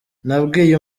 nabwiye